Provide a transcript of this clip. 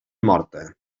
morta